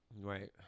right